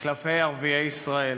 כלפי ערביי ישראל.